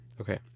okay